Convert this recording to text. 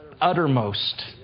uttermost